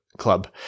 club